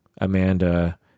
Amanda